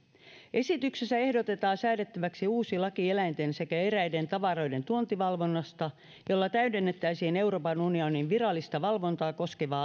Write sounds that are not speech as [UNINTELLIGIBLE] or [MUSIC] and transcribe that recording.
esityksessä ehdotetaan säädettäväksi uusi laki eläinten sekä eräiden tavaroiden tuontivalvonnasta jolla täydennettäisiin euroopan unionin virallista valvontaa koskevaa [UNINTELLIGIBLE]